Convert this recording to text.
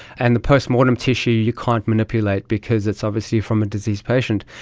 and the post-mortem tissue you can't manipulate because it's obviously from a diseased patient,